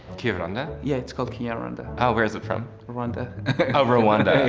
kinyarwanda? yeah, it's called kinyarwanda. oh, where's it from? rwanda. oh rwanda,